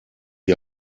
die